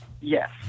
yes